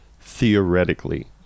theoretically